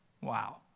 Wow